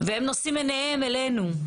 והם נושאים עיניהם אלינו.